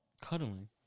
Cuddling